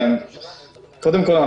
קודם כול,